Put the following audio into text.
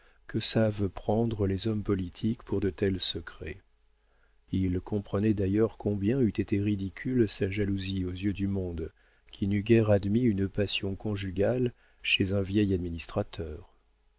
que savent prendre les hommes politiques pour de tels secrets il comprenait d'ailleurs combien eût été ridicule sa jalousie aux yeux du monde qui n'eût guère admis une passion conjugale chez un vieil administrateur